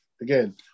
again